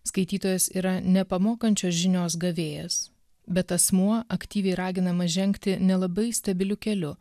skaitytojas yra ne pamokančios žinios gavėjas bet asmuo aktyviai raginamas žengti nelabai stabiliu keliu